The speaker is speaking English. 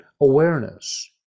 awareness